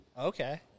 Okay